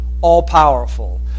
all-powerful